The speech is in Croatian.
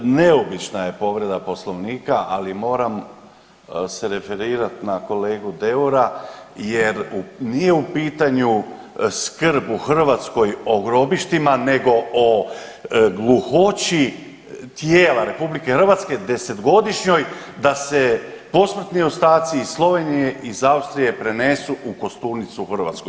Neobična je povreda Poslovnika, ali moram se referirati na kolegu Deura jer nije u pitanju skrb u Hrvatskoj o grobištima, nego o gluhoći tijela RH, desetgodišnjoj, da se posmrtni ostaci iz Slovenije i iz Austrije prenesu u kosturnicu u Hrvatskoj.